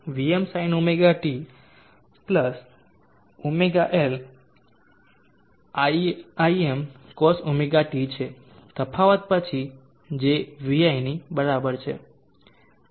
vg એ Vmsinωt ωL Imcosωt છે તફાવત પછી જે vi ની બરાબર છે